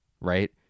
right